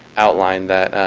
outlined that